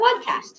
podcast